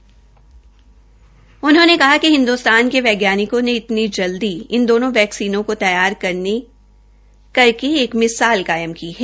स्वास्थ्य मंत्री ने कहा कि हिंदुस्तान के वैज्ञानिकों ने इनती जल्दी इन दोनों वैक्सीनों को तैयार करके एक मिसाल कायम की है